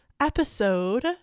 Episode